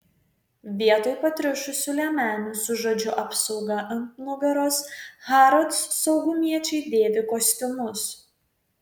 vietoj patriušusių liemenių su žodžiu apsauga ant nugaros harrods saugumiečiai dėvi kostiumus